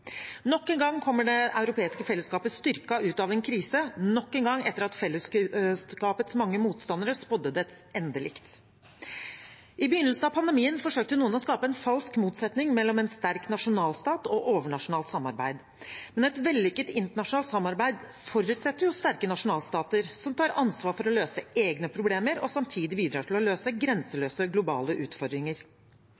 Nok engang kommer det europeiske fellesskapet styrket ut av en krise, nok engang etter at fellesskapets mange motstandere spådde dets endelikt. I begynnelsen av pandemien forsøkte noen å skape en falsk motsetning mellom en sterk nasjonalstat og overnasjonalt samarbeid. Men et vellykket internasjonalt samarbeid forutsetter jo sterke nasjonalstater som tar ansvar for å løse egne problemer og samtidig bidrar til å løse